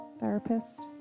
therapist